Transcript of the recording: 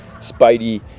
spidey